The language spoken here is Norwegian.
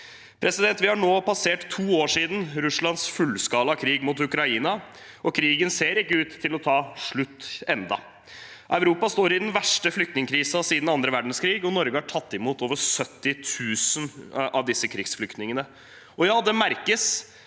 på Malta. Vi har nå passert to år siden Russlands fullskala krig mot Ukraina, og krigen ser ikke ut til å ta slutt ennå. Europa står i den verste flyktningkrisen siden annen verdenskrig, og Norge har tatt imot over 70 000 av disse krigsflyktningene. Det merkes.